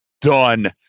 done